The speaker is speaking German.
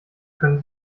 können